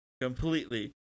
completely